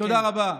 תודה רבה.